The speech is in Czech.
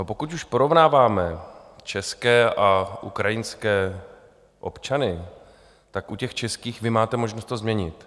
Pokud už porovnáváme české a ukrajinské občany, tak u těch českých vy máte možnost to změnit.